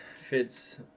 fits